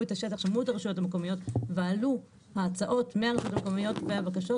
את הרשויות המקומיות ועלו ההצעות מהרשויות המקומיות והבקשות